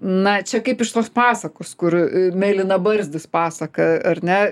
na čia kaip iš tos pasakos kur mėlynabarzdis pasaka ar ne